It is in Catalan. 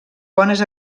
bones